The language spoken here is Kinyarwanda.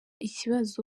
ikibazo